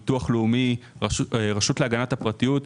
לביטוח הלאומי ולרשות להגנת הפרטיות.